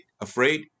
afraid